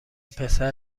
پسر